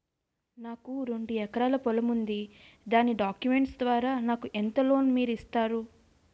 నాకు రెండు ఎకరాల పొలం ఉంది దాని డాక్యుమెంట్స్ ద్వారా నాకు ఎంత లోన్ మీరు ఇస్తారు?